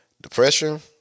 Depression